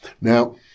Now